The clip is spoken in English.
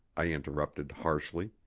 i interrupted harshly.